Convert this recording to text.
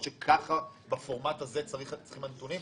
זה טכני, זה יאושר, אין מה להחזיק פה.